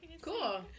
cool